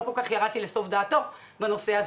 לא ירדתי לסוף דעתו בנושא,